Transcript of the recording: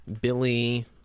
Billy